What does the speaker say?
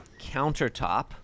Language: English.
countertop